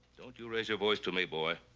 don't you raise your voice to me, boy.